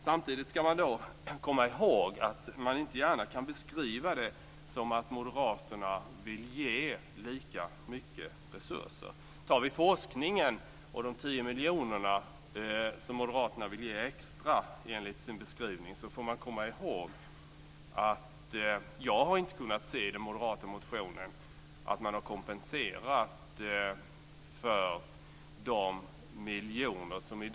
Samtidigt skall man komma ihåg att man inte gärna kan beskriva det som att moderaterna vill ge lika mycket resurser. De 10 miljoner som moderaterna enligt sin beskrivning vill ge extra till forskningen har inte kompenserats för de miljoner som i dag går till forskarskolan, och som man också har varit emot.